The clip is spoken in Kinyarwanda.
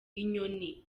inyoni